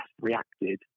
reacted